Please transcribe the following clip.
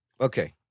Okay